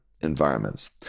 environments